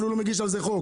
אפילו לא מגיש על זה חוק.